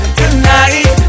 tonight